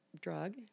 drug